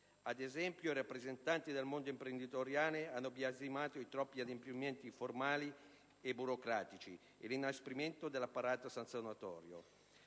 Ad esempio, i rappresentanti del mondo imprenditoriale hanno biasimato i troppi adempimenti formali e burocratici e l'inasprimento dell'apparato sanzionatorio.